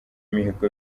imihigo